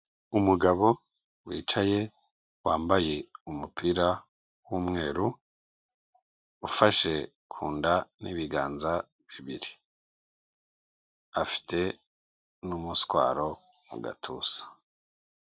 Umugabo wicaye, wambaye umupira w'umweru, ufashe ku nda n'ibiganza bibiri. Afite n'umuswaro mu gatuza.